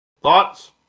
Thoughts